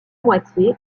moitié